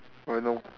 I know